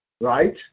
right